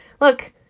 look